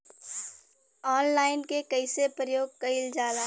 Online के कइसे प्रयोग कइल जाला?